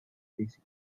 basic